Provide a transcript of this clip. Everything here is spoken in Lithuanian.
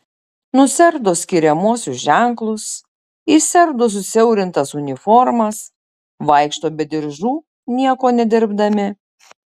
nusiardo skiriamuosius ženklus išsiardo susiaurintas uniformas vaikšto be diržų nieko nedirbdami